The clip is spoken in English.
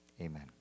amen